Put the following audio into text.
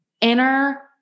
inner